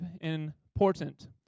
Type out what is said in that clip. important